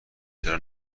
چرا